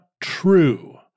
true